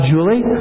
Julie